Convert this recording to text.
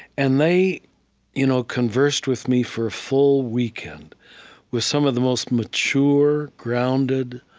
and they you know conversed with me for a full weekend with some of the most mature, grounded,